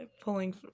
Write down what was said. pulling